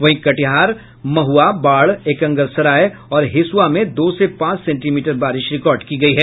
वहीं कटिहार महुआ बाढ़ एकंगरसराय और हिसुआ में दो से पांच सेंटीमीटर बारिश रिकार्ड की गयी है